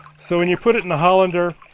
so when you put it in the hollander,